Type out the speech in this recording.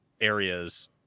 areas